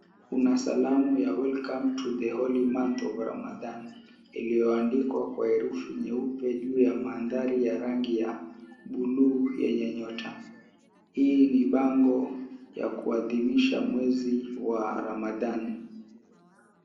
Kuna salamu ya, WELCOME TO THE HOLY MONTH OF RAMADAN , ilioandikwa kwa herufi nyeupe juu ya mandhari ya rangi ya buluu yenye nyota. Hii ni bango ya kuadhimisha mwezi wa Ramadan.